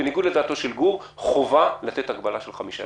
בניגוד לדעתו של גור חובה לתת הגבלה של חמישה ימים.